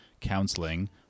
counseling